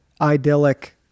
idyllic